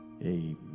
amen